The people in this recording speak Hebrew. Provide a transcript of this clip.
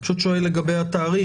אני פשוט שואל לגבי התאריך.